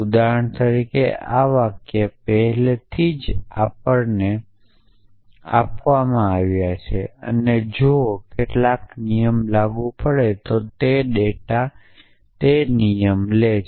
ઉદાહરણ તરીકે આ વાક્ય પહેલાથી જ આપણને આપવામાં આવ્યા છે અને જો કેટલાક નિયમ લાગુ હોય તો ડેટા તે નિયમ લે છે